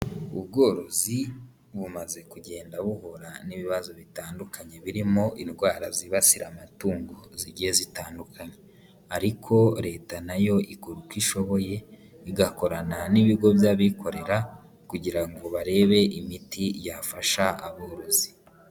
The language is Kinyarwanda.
Ubworozi bumaze kugenda buhura n'ibibazo bitandukanye birimo indwara zibasira amatungo zigiye zitandukanye, ariko Leta na yo ikora uko ishoboye, igakorana n'ibigo by'abikorera kugira ngo barebe imiti yafasha aborozi.